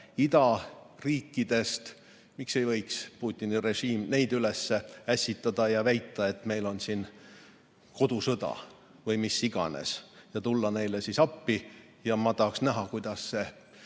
idariikidest. Miks ei või Putini režiim neid üles ässitada ja väita, et meil on siin kodusõda või mis iganes, ja tulla neile siis appi? Ma tahaks näha, kuidas see